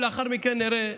ולאחר מכן נראה,